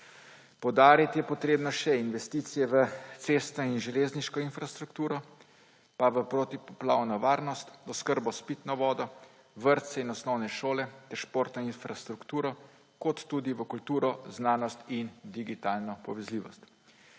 Poudariti je treba še investicije v cestno in železniško infrastrukturo pa v protipoplavno varnost, v oskrbo s pitno vodo, v vrtce in osnovne šole ter športno infrastrukturo kot tudi v kulturo, znanost in digitalno povezljivost.